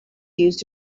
used